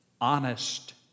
honest